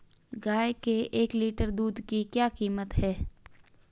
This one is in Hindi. गाय के एक लीटर दूध की क्या कीमत है?